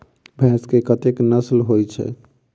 भैंस केँ कतेक नस्ल होइ छै?